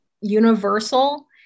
universal